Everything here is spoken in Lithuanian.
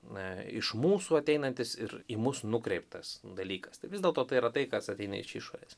na iš mūsų ateinantis ir į mus nukreiptas dalykas tai vis dėlto tai yra tai kas ateina iš išorės